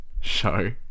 show